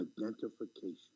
Identification